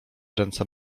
ręce